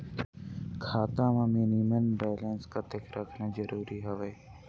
खाता मां minimum balance कतेक रखना जरूरी हवय?